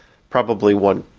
probably one,